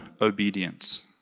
obedience